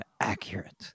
accurate